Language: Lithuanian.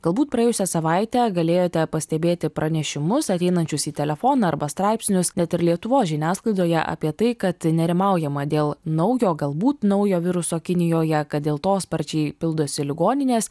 galbūt praėjusią savaitę galėjote pastebėti pranešimus ateinančius į telefoną arba straipsnius net ir lietuvos žiniasklaidoje apie tai kad nerimaujama dėl naujo galbūt naujo viruso kinijoje kad dėl to sparčiai pildosi ligoninės